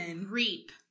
reap